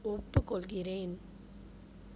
ஒப்புக்கொள்கிறேன்